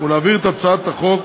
ולהעביר את הצעת החוק